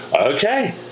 okay